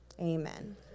amen